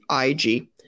IG